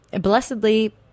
blessedly